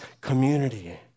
community